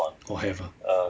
不可以放